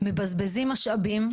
מבזבזים משאבים,